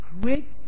great